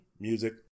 music